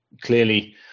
clearly